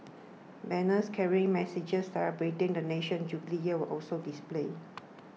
banners carrying messages celebrating the nation's jubilee year were also displayed